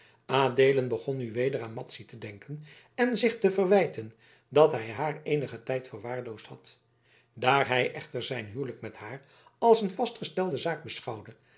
adeelen begon nu weder aan madzy te denken en zich te verwijten dat hij haar eenigen tijd verwaarloosd had daar hij echter zijn huwelijk met haar als een vastgestelde zaak beschouwde